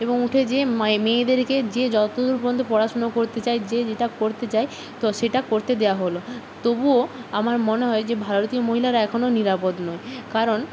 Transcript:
এবং উঠে যেয়ে মেয়েদেরকে যে যতদূর পর্যন্ত পড়াশুনো করতে চায় যে যেটা করতে চায় তো সেটা করতে দেওয়া হল তবুও আমার মনে হয় যে ভারতীয় মহিলারা এখনও নিরাপদ নয় কারণ